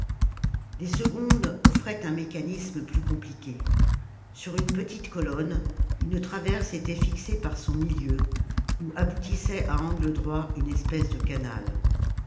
les secondes offraient un mécanisme plus compliqué sur une petite colonne une traverse était fixée par son milieu oii aboutissait à angle droit une espèce de canal